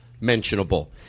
mentionable